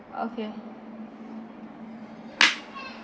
okay